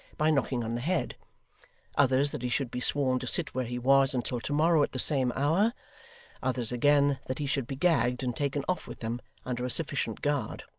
by knocking on the head others, that he should be sworn to sit where he was until to-morrow at the same hour others again, that he should be gagged and taken off with them, under a sufficient guard.